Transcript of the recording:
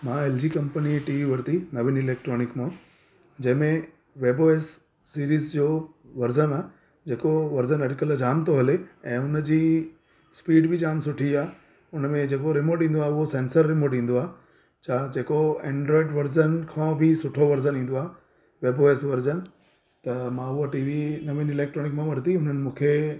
मां L G कंपनीअ जी टी वी वरिती नवीन इलेक्ट्रॉनिक मां जंहिंमें वेब ओ एस सीरीज़ जो वरज़न आहे जेको वरज़न अॼुकल्ह जाम थो हले ऐं उनजी स्पीड बि जाम सुठी आहे उनमें जेको रिमोट ईंदो आहे उहो सैंसर रिमोट ईंदो आहे छा जेको एंड्रोइड वरज़न खां बि सुठो वरज़न ईंदो आहे वेब ओ एस वरज़न त मां उहा टीवी नवीन इलेट्रोनिक मां वरिती हुननि मूंखे